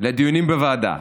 לדיונים בוועדה.